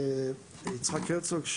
יצחק הרצוג,